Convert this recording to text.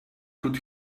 could